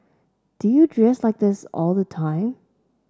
do you dress like this all the time